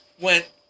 went